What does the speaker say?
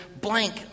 blank